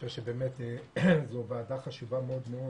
חושב שזו ועדה מאוד מאוד חשובה.